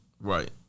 Right